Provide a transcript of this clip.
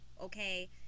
okay